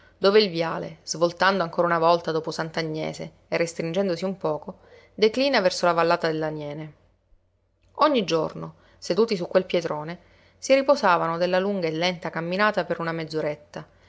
dove il viale svoltando ancora una volta dopo sant'agnese e restringendosi un poco declina verso la vallata dell'aniene ogni giorno seduti su quel pietrone si riposavano della lunga e lenta camminata per una mezz'oretta